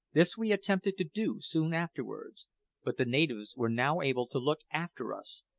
this we attempted to do soon afterwards but the natives were now able to look after us,